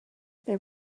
they